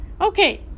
Okay